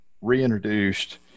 reintroduced